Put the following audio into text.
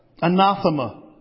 Anathema